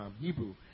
Hebrew